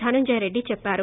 ధనుంజయరెడ్డి చెప్పారు